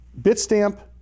Bitstamp